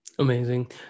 Amazing